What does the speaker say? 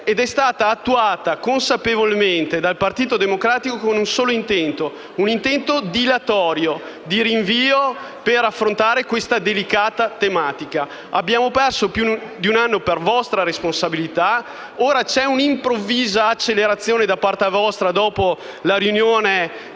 attuata consapevolmente dal Partito Democratico con un solo intento, dilatorio e di rinvio, per non affrontare questa delicata tematica. Abbiamo perso più di un anno per vostra responsabilità. Ora c'è un'improvvisa accelerazione da parte vostra, dopo la riunione